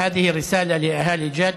(אומר דברים בשפה הערבית,